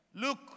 Look